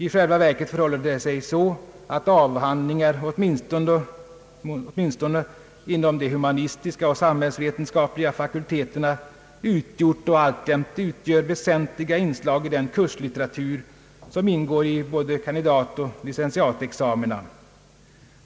I: själva verket förhåller det sig så att avhandlingar, åtminstone inom de humanistiska och samhällsvetenskapliga fakulteterna, utgjort och alltjämt utgör väsentliga inslag i den kurslitteratur som ingår i både kandidatoch licentiatexamina.